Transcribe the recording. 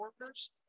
workers